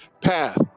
path